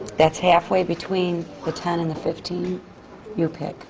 that's halfway between the ten and the fifteen you'll pick